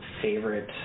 favorite